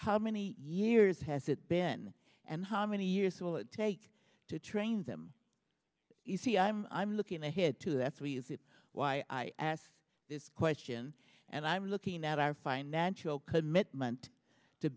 how many years has it been and how many years will it take to train them you see i'm looking ahead to that's why i ask this question and i'm looking at our financial commitment to